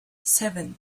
seven